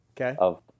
Okay